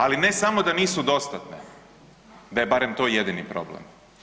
Ali ne samo da nisu dostatne, da je barem to jedini problem.